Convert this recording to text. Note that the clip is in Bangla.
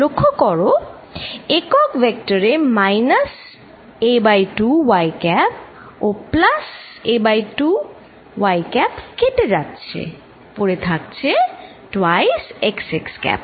লক্ষ্য করো একক ভেক্টরে মাইনাস a2 y ক্যাপ ও প্লাস a2 y ক্যাপ কেটে যাচ্ছে পড়ে থাকছে 2xx ক্যাপ